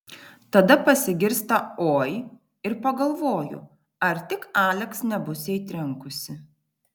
tada pasigirsta oi ir pagalvoju ar tik aleks nebus jai trenkusi